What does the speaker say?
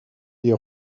des